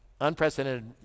unprecedented